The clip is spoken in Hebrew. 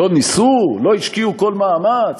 לא ניסו, לא השקיעו כל מאמץ?